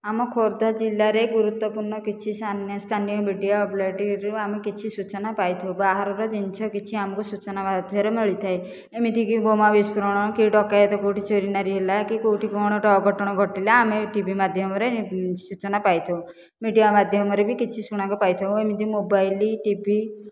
ଆମ ଖୋର୍ଦ୍ଧା ଜିଲ୍ଲାରେ ଗୁରୁତ୍ୱପୂର୍ଣ୍ଣ କିଛି ସ୍ଥାନୀୟ ମିଡ଼ିଆ ଆମେ କିଛି ସୂଚନା ପାଇଥାଉ ବା ବାହାରର ଜିନିଷ କିଛି ସୂଚନା ମିଳିଥାଏ ଏମିତିକି ବୋମା ବିସ୍ଫୋରଣ କି ଡକାୟତ କେଉଁଠି ଚୋରିନାରୀ ହେଲା କେଉଁଠି କ'ଣ ଅଘଟଣ ଘଟିଲା ଆମେ ଟିଭି ମାଧ୍ୟମରେ ସୂଚନା ପାଇଥାଉ ମିଡ଼ିଆ ମାଧ୍ୟମରେ ବି କିଛି ଶୁଣିବାକୁ ପାଇଥାଉ ଏମିତି ମୋବାଇଲ୍ ଟିଭି